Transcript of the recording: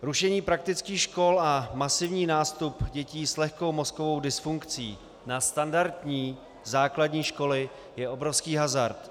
Rušení praktických škol a masivní nástup dětí s lehkou mozkovou dysfunkcí na standardní základní školy je obrovský hazard.